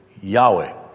Yahweh